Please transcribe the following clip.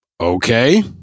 okay